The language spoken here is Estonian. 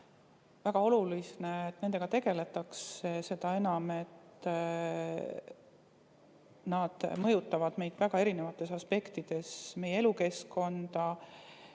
väga oluline, et keskkonnakuritegudega tegeletaks, seda enam, et nad mõjutavad meid väga erinevates aspektides: meie elukeskkonda